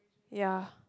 ya